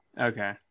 Okay